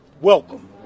welcome